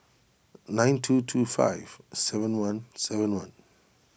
nine two two five seven one seven one